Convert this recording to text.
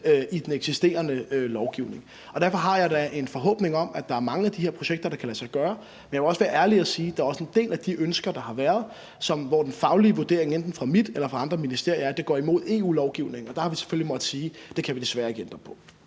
i den eksisterende lovgivning. Derfor har jeg da en forhåbning om, at der er mange af de her projekter, der kan lade sig gøre. Men jeg må også være ærlig at sige, at der også er en del af de ønsker, der har været, hvor den faglige vurdering fra mit eller fra andre ministerier er, at de går imod EU-lovgivningen, og der har vi selvfølgelig måttet sige, at det kan vi desværre ikke ændre på.